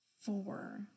Four